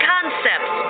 Concepts